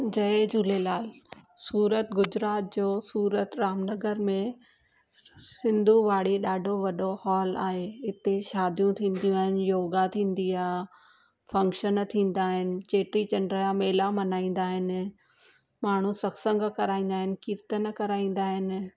जय झूलेलाल सूरत गुजरात जो सूरत रामनगर में सिंधू वाड़ी ॾाढो वॾो हॉल आहे हिते शादियूं थींदियूं आहिनि योगा थींदी आहे फंक्शन थींदा आहिनि चेटीचंड आहे मेला मनाईंदा आहिनि माण्हू सतसंगु कराईंदा आहिनि कीर्तन कराईंदा आहिनि